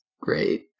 great